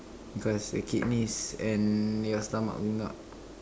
because your kidneys and your stomach will not